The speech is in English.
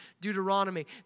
Deuteronomy